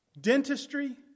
dentistry